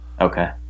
Okay